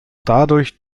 dadurch